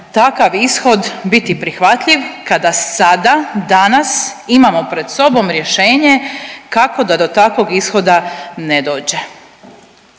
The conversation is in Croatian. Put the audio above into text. takav ishod biti prihvatljiv kada sada, danas, imamo pred sobom rješenje kako da do takvog ishoda ne dođe?